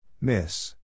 Miss